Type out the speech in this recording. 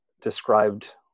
described